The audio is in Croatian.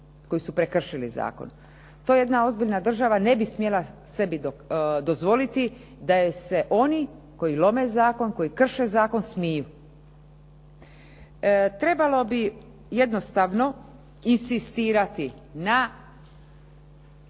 koji su prekršili zakon. To jedna ozbiljna država ne bi smjela sebi dozvoliti da joj se oni koji lome zakon, koji krše zakon, smiju. Trebalo bi jednostavno inzistirati na